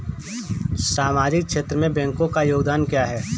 सामाजिक क्षेत्र में बैंकों का योगदान क्या है?